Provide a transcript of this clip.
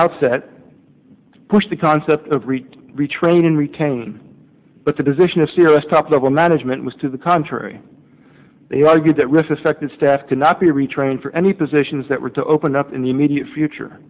outset push the concept of retraining retain but the position of serious top level management was to the contrary they argued that respected staff cannot be retrained for any positions that were to open up in the immediate future